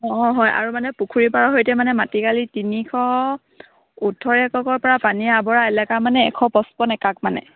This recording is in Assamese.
অঁ হয় আৰু মানে পুখুৰীৰ পাৰৰ সৈতে মানে মাটিকালি তিনিশ ওঠৰ এককৰ পৰা পানী আৱৰা এলেকা মানে এশ পঁচপন্ন একাক মানে